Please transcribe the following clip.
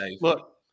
look